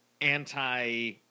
anti